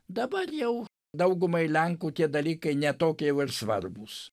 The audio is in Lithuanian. dabar jau daugumai lenkų tie dalykai ne tokie jau ir svarbūs